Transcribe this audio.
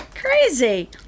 crazy